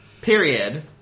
Period